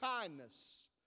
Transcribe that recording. kindness